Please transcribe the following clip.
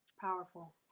powerful